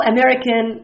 American